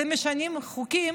אתם משנים חוקים